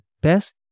best